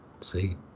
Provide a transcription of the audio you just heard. See